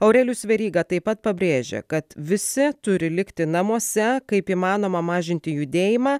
aurelijus veryga taip pat pabrėžia kad visi turi likti namuose kaip įmanoma mažinti judėjimą